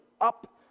up